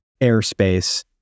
airspace